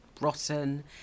rotten